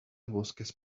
bosques